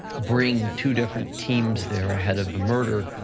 bring two different teams, they're ahead of the murder.